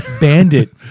bandit